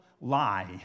lie